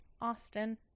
Austin